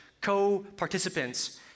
co-participants